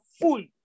full